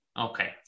Okay